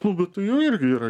nu bet tai jau irgi yra